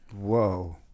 Whoa